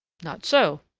not so.